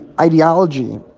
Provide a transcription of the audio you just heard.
ideology